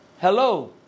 Hello